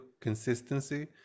consistency